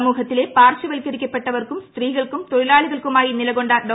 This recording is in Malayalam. സമൂഹത്തിലെ പാർശ്വവൽക്കരിക്കപ്പെട്ടവ്ൾക്കും സ്ത്രീകൾക്കും തൊഴിലാളികൾക്കുമായി നിലകൊണ്ട് ് ഡോ